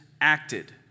acted